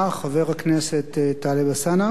חבר הכנסת טלב אלסאנע,